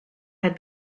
had